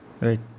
Right